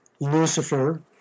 Lucifer